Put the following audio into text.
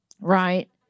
right